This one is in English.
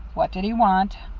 what did he want?